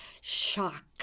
shock